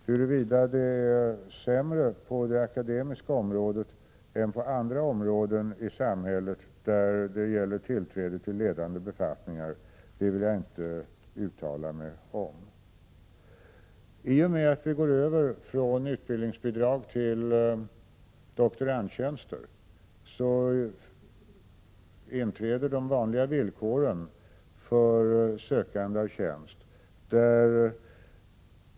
Huruvida det är sämre på det akademiska området än på andra områden i samhället när det gäller tillträde till ledande befattningar vill jag inte uttala mig om. I och med att man går över från utbildningsbidrag till doktorandtjänst inträder de vanliga villkoren för sökande till tjänst.